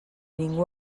ningú